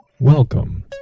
Welcome